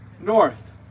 north